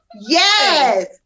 Yes